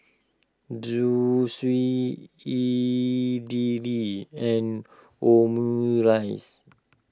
Zosui Idili and Omurice